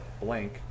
blank